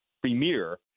premier